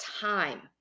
time